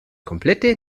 komplette